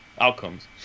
outcomes